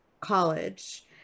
college